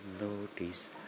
notice